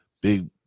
big